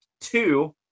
Two